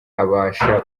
abasha